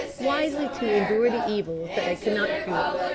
wisely to endure the evils that they could not cure.